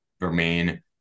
remain